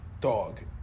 dog